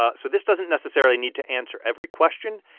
ah so this doesn't necessarily need to answer every question.